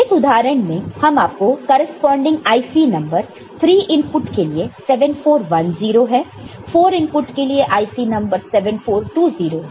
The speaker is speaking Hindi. इस उदाहरण में हम आपको करेस्पॉन्डिंग IC नंबर 3 इनपुट के लिए 7410 है 4 इनपुट के लिए IC नंबर 7420 है